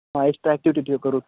extra activity ठेवू करू